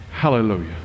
hallelujah